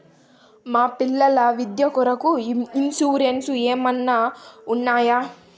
మా పిల్లల విద్య కొరకు ఇన్సూరెన్సు ఏమన్నా ఉన్నాయా?